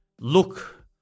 look